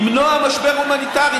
למנוע משבר הומניטרי,